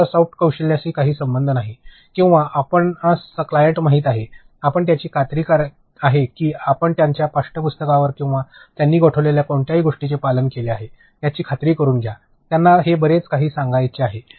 त्यांचा सॉफ्ट कौशल्यांशी काही संबंध नाही किंवा आपणास क्लायंट माहित आहेत आपण त्यांची खात्री आहे की आपण त्यांच्या पाठ्यपुस्तकांवर किंवा त्यांनी गोठवलेल्या कोणत्याही गोष्टीचे पालन केले आहे याची खात्री करुन घ्या त्यांना हे बरेच काही सांगायचे आहे